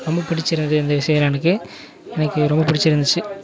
ரொம்ப பிடிச்சிருந்துது அந்த விஷயமெலாம் எனக்கு எனக்கு ரொம்ப பிடிச்சிருந்துச்சி